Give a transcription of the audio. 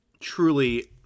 truly